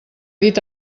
dit